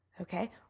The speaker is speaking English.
Okay